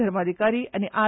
धर्माधिकारी आनी आर